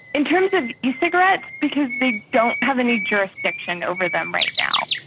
in terms of ecigarettes, because they don't have any jurisdiction over them right now.